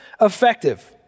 Effective